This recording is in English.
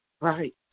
Right